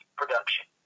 production